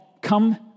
come